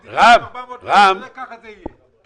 כך זה יהיה.